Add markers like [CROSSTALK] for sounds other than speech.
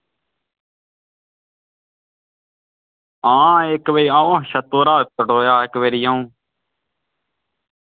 हां इक बजे [UNINTELLIGIBLE] अंऊ छतै उप्परा त्रटोएआ इक बारी अं'ऊ